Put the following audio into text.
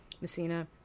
Messina